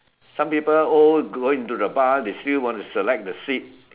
some people old going into the bus they still want to select the seat